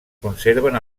conserven